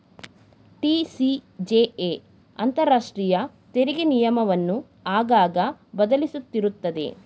TCJA ಅಂತರಾಷ್ಟ್ರೀಯ ತೆರಿಗೆ ನಿಯಮವನ್ನು ಆಗಾಗ ಬದಲಿಸುತ್ತಿರುತ್ತದೆ